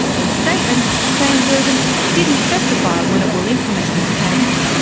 in a statement transurban didn't specify when it will implement this change,